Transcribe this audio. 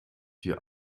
hier